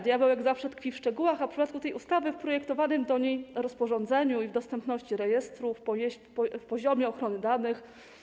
Diabełek zawsze tkwi w szczegółach, a w przypadku tej ustawy - w projektowanym do niej rozporządzeniu i dostępności rejestrów, w poziomie ochrony danych.